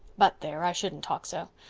but there, i shouldn't talk so.